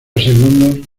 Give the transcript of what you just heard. segundos